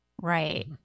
Right